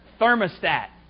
Thermostat